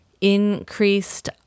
increased